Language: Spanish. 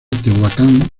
tehuacán